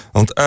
Want